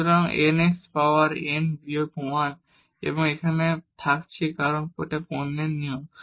সুতরাং n x power n বিয়োগ 1 এবং এটি এখানে থাকছে কারণ এটি পণ্যের নিয়ম